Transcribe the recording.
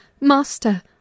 Master